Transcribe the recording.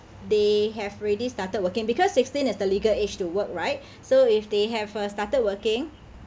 they have already started working because sixteen is the legal age to work right so if they have uh started working